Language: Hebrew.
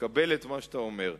שאתה אומר.